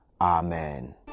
Amen